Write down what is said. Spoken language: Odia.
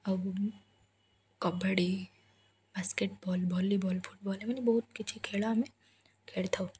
ଆଉ କବାଡ଼ି ବାସ୍କେଟ୍ବଲ୍ ଭଲିବଲ୍ ଫୁଟ୍ବଲ୍ ଏମାନେ ବହୁତ କିଛି ଖେଳ ଆମେ ଖେଳିଥାଉ